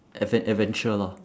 adven~ adventure lah